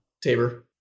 Tabor